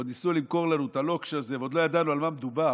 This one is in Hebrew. ועוד ניסו למכור לנו את הלוקש הזה ועוד לא ידענו על מה מדובר.